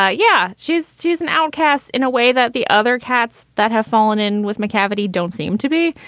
ah yeah. she's, she's an outcast in a way that the other cats that have fallen in with my cavity don't seem to be.